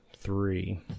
three